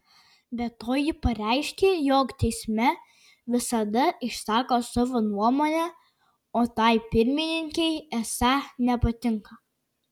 be to ji pareiškė jog teisme visada išsako savo nuomonę o tai pirmininkei esą nepatinka